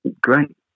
great